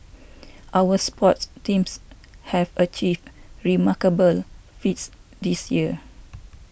our sports teams have achieved remarkable feats this year